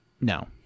No